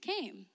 came